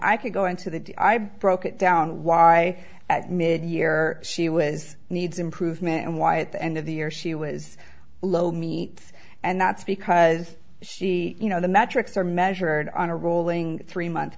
i could go into the i broke it down why at midyear she was needs improvement and why at the end of the year she was low meet and that's because she you know the metrics are measured on a rolling three month